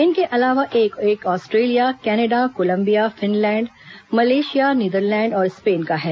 इनके अलावा एक एक Australia Canada Colombia Finland Malaysia Netherland और स्पेन का है